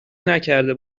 نکرده